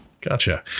Gotcha